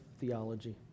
theology